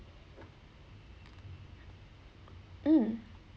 mm